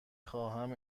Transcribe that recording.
خواهم